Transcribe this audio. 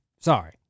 sorry